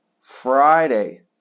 Friday